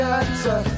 answer